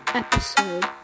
episode